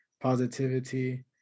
positivity